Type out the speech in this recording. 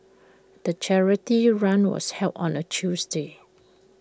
the charity run was held on A Tuesday